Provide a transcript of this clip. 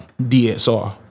DSR